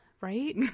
right